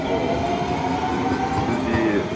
ꯑꯣ ꯑꯗꯨꯗꯤ